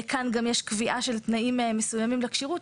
כאן גם יש קביעה של תנאים מסוימים לכשירות.